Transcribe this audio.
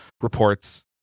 reports